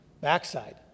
backside